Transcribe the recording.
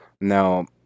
Now